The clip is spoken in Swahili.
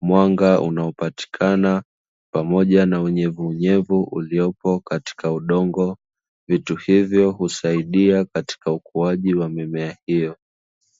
mwanga unaopatikana pamoja na unyevunyevu uliopo katika udongo, vitu hivyo husaidia katika ukuaji wa mimea hiyo.